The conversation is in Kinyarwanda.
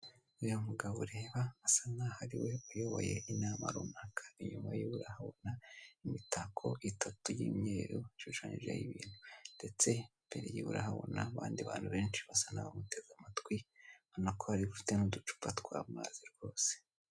Uyu mugabo ureba asa n'aho ariwe uyoboye inama runaka imbere ye urahabona imitako itatu y'imyeru ishushanyijeho ibintu ndetse imbere yiwe urahabona abandi bantu benshi basa n'abamuteze amatwi, ubona ko hari n'ufite uducupa tw'amazi rwose.